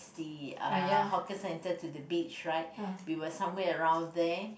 the uh hawker center to the beach right we were somewhere around there